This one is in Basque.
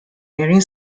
egin